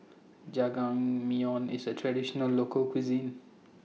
Jajangmyeon IS A Traditional Local Cuisine